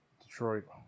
Detroit